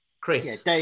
Chris